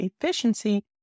efficiency